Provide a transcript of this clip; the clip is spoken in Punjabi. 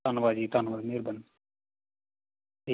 ਧੰਨਵਾਦ ਜੀ ਧੰਨਵਾਦ ਮਿਹਰਬਾਨੀ ਠੀਕ